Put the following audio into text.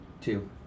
two